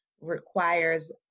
requires